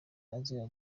azira